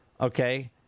okay